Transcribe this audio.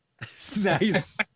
Nice